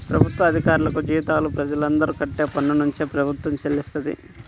ప్రభుత్వ అధికారులకు జీతాలు ప్రజలందరూ కట్టే పన్నునుంచే ప్రభుత్వం చెల్లిస్తది